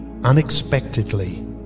unexpectedly